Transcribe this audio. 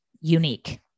unique